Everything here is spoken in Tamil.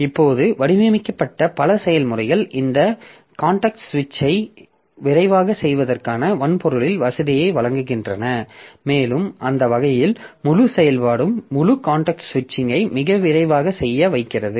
இப்போது வடிவமைக்கப்பட்ட பல செயல்முறைகள் இந்த காண்டெக்ஸ்ட் சுவிட்ச்ஐ விரைவாகச் செய்வதற்கான வன்பொருளில் வசதியை வழங்குகின்றன மேலும் அந்த வகையில் முழு செயல்பாடும் முழு காண்டெக்ஸ்ட் சுவிட்ச்ஐ மிக விரைவாகச் செய்ய வைக்கிறது